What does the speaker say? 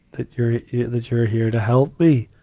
that you're that you're here to help me.